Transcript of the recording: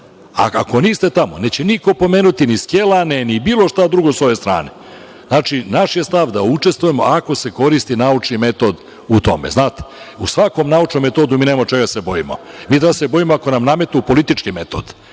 Ako niste tamo neće niko pomenuti ni Skelane, ni bilo šta drugo sa ove strane. Znači, naš je stav da učestvujemo ako se koristi naučni metod u tome.U svakom naučnom metodu mi nema čega da se bojimo. Mi da se bojimo ako nam nametnu politički metod.